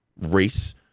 race